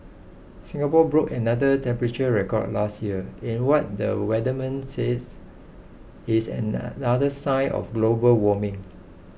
Singapore broke another temperature record last year in what the weatherman says is another sign of global warming